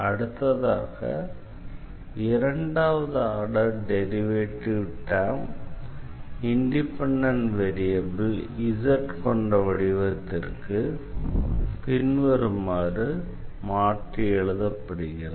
அடுத்ததாக இரண்டாவது order derivative term independent variable z கொண்ட வடிவத்திற்கு பின்வருமாறு மாற்றி எழுதப்படுகிறது